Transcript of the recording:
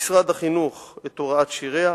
משרד החינוך את הוראת שיריה,